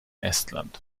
estland